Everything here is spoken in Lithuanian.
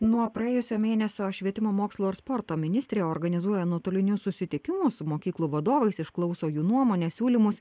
nuo praėjusio mėnesio švietimo mokslo ir sporto ministrė organizuoja nuotolinius susitikimus su mokyklų vadovais išklauso jų nuomonę siūlymus